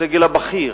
הסגל הבכיר,